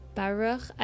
Baruch